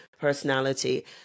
personality